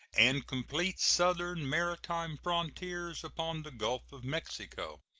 and complete southern maritime frontiers upon the gulf of mexico.